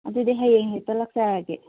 ꯑꯗꯨꯗꯤ ꯍꯌꯦꯡ ꯍꯦꯛꯇ ꯂꯥꯛꯆꯔꯒꯦ